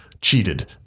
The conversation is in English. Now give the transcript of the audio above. cheated